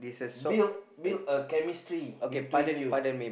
build build a chemistry between you